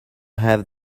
have